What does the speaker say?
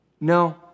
No